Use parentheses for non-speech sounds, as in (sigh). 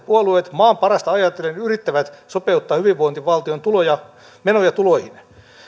(unintelligible) puolueet maan parasta ajatellen yrittävät sopeuttaa hyvinvointivaltion menoja tuloihin